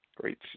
Great